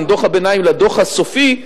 בין דוח הביניים לדוח הסופי,